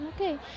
Okay